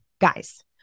guys